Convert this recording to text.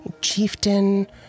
chieftain